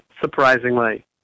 surprisingly